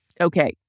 Okay